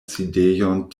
sidejon